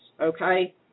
okay